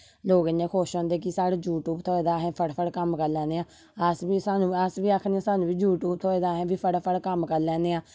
लोक इन्ने खुश होंदे कि साढ़े यूट्यूब थ्होऐ ते अस फटाफट कम मकाई लेने हा अस बी सानू अश बी आक्खने सानू बी यूट्यूब थ्होऐ ते अस बी फटा फट कम्म करी लेने हा